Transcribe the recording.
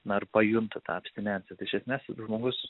na ir pajunta tą abstinenciją tai iš esmės žmogus